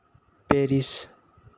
Paris